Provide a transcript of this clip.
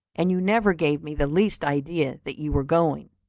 and you never gave me the least idea that you were going.